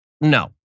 No